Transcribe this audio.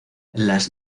las